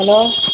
hello